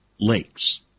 Lakes